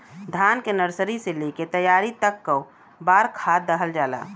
धान के नर्सरी से लेके तैयारी तक कौ बार खाद दहल जाला?